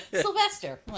Sylvester